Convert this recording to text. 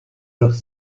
leurs